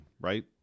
right